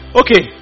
okay